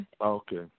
Okay